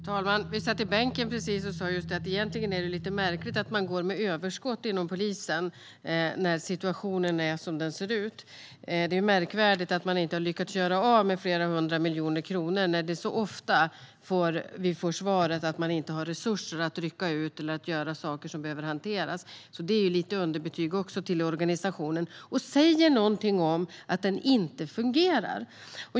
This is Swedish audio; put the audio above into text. Herr talman! Vi satt i bänken och sa precis att det egentligen är lite märkligt att man går med överskott inom polisen när situationen ser ut som den gör. Det är märkvärdigt att man inte har lyckats göra av med flera hundra miljoner kronor när vi så ofta får svaret att man inte har resurser att rycka ut eller att göra saker som behöver hanteras. Det är också lite av ett underbetyg till organisationen och säger någonting om att den inte fungerar.